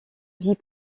vie